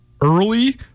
early